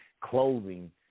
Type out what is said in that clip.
clothing